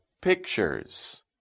pictures